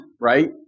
right